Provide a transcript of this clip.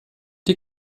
die